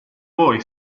voi